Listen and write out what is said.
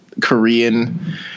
Korean